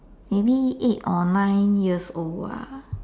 maybe eight or nine years old lah